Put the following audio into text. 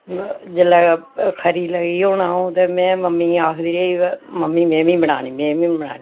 smart वाचां न स्हाड़ी जेहकी घड़ियां न ओह्दे बिच बी जेहकी जीपीएस सिस्टम जीपीएस सिस्टम